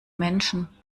menschen